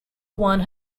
one